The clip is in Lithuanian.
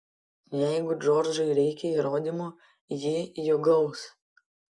jeigu džordžui reikia įrodymų ji jų gaus